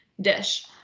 dish